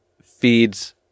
feeds